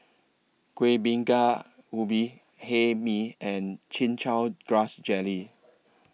Kueh Bingka Ubi Hae Mee and Chin Chow Grass Jelly